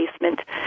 Basement